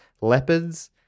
leopards